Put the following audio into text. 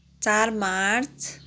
चार मार्च